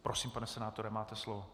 Prosím, pane senátore, máte slovo.